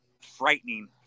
frightening